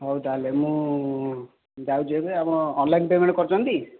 ହଉ ତାହାଲେ ମୁଁ ଯାଉଛି ଏବେ ଆପଣ ଅନଲାଇନ ପେମେଣ୍ଟ କରୁଛନ୍ତି ଟି